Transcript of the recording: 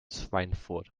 schweinfurt